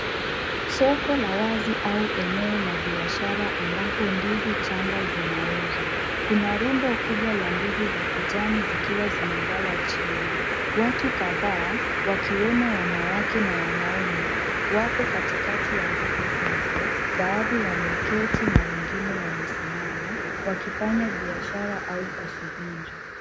Soko la wazi au eneo la biashara ambapo ndizi changa zinauzwa. Kuna rundo kubwa la ndizi za kijani zikiwa zimelala chini. Watu kadhaa wakiwemo wanawake na wanaume wapo katikati ya ndizi hizo, baadhi wameketi na wengine wamesimama wakifanya baishara au kusubiri.